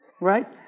right